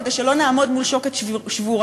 כדי שלא נעמוד מול שוקת שבורה.